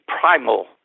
primal